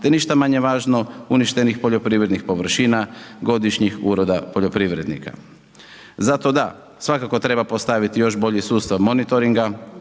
te ništa manje važno, uništenih poljoprivrednih površina, godišnjih uroda poljoprivrednika. Zato da, svakako treba postaviti još bolji sustav monitoringa,